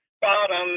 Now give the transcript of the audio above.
bottom